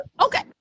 Okay